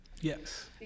Yes